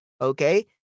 Okay